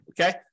Okay